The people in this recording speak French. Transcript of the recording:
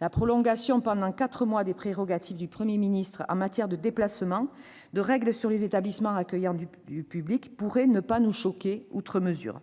La prolongation, pour quatre mois, des prérogatives du Premier ministre en matière de déplacements et de règles portant sur les établissements accueillant du public ne nous choque pas outre mesure.